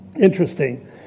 Interesting